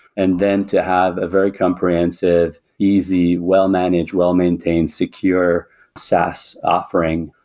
and then to have a very comprehensive, easy, well-managed, well-maintained secure saas offering,